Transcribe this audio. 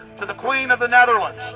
to the queen of the netherlands,